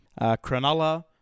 Cronulla